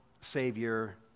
savior